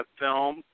film